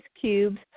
cubes